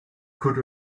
could